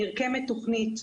נרקמת תוכנית.